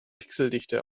pixeldichte